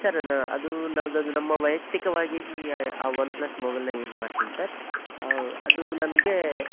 sir ಅದು ಅದು ನಮ್ದು ಅದು ನಮ್ಮ ವೈಯಕ್ತಿಕವಾಗಿ ಆ ಒನ್ಪ್ಲಸ್ ಮೊಬೈಲನ್ನ ಯೂಸ್ ಮಾಡ್ತಿನಿ ಸರ್ ಅದು ನನ್ಗೆ